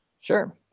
Sure